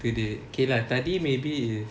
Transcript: today K lah tadi maybe is